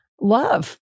love